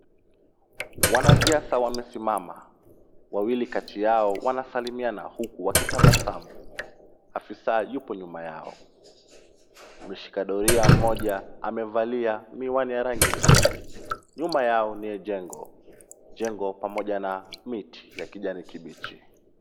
Wanasiasa wamesimama. wawili kati yao wanasalimiana huku wakitabasamu. Afisa yupo nyuma yao. mmshika doria mmoja amevalia miwani ya rangi nyeusi. Nyuma yao ni jengo. jengo pamoja na miti ya kijani kibichi .